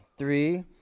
Three